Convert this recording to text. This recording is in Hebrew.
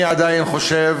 אני עדיין חושב